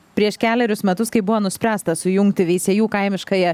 prieš kelerius metus kai buvo nuspręsta sujungti veisiejų kaimiškąją